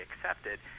accepted